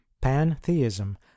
pantheism